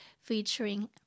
featuring